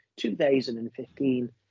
2015